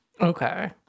Okay